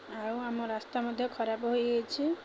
ଆଉ ଆମ ରାସ୍ତା ମଧ୍ୟ ଖରାପ ହୋଇଯାଇଛି